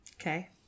Okay